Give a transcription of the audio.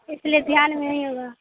اس لیے دھیان میں نہیں ہوگا